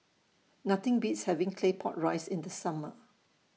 Nothing Beats having Claypot Rice in The Summer